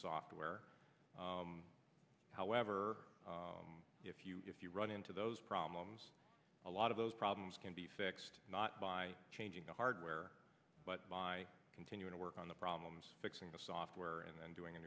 software however if you if you run into those problems a lot of those problems can be fixed not by changing the hardware but by continuing to work on the problems fixing the software and doing a